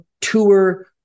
tour